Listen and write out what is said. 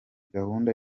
gahunda